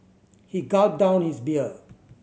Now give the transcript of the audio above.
he gulped down his beer